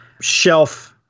shelf